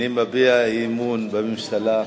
אני מביע אי-אמון בממשלה,